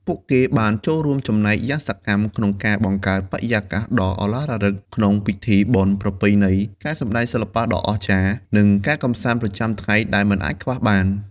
ពួកគេបានចូលរួមចំណែកយ៉ាងសកម្មក្នុងការបង្កើតបរិយាកាសដ៏ឧឡារិកក្នុងពិធីបុណ្យប្រពៃណី ការសម្តែងសិល្បៈដ៏អស្ចារ្យ និងការកម្សាន្តប្រចាំថ្ងៃដែលមិនអាចខ្វះបាន។